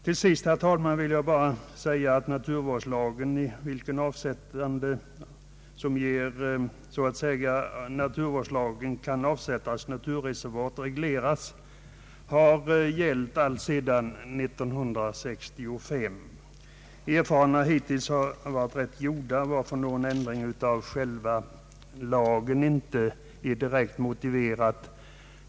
Slutligen, herr talman, vill jag bara säga att naturvårdslagen i vad den reglerar avsättande av mark till naturreservat har gällt alltsedan 1965. Erfarenheterna har hittills varit rätt goda, varför någon ändring av själva lagen inte är direkt motiverad.